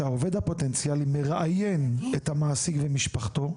כשהעובד הפוטנציאלי מראיין את המעסיק ומשפחתו,